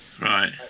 Right